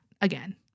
again